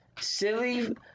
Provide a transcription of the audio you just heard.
silly